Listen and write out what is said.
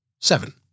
seven